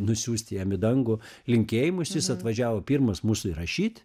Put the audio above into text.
nusiųst jam į dangų linkėjimus jis atvažiavo pirmas mūsų įrašyt